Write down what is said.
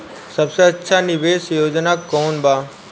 सबसे अच्छा निवेस योजना कोवन बा?